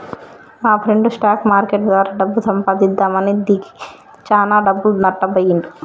మాప్రెండు stock market ద్వారా డబ్బు సంపాదిద్దామని దిగి చానా డబ్బులు నట్టబొయ్యిండు